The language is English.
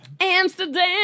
Amsterdam